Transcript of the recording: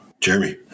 jeremy